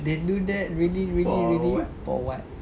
they do that really really really for what